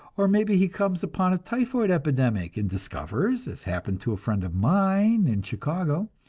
or maybe he comes upon a typhoid epidemic, and discovers, as happened to a friend of mine in chicago,